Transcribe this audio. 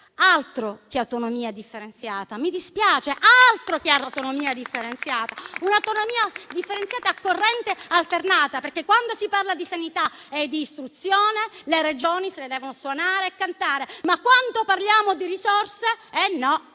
Altro che autonomia differenziata, mi dispiace. È un'autonomia differenziata a corrente alternata, perché quando si parla di sanità e di istruzione le Regioni se la devono suonare e cantare; ma quando parliamo di risorse